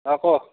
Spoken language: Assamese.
অ ক